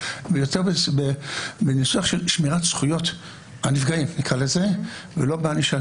אבל בניסוח של שמירות זכויות "הנפגעים" נקרא לזה ולא בענישה,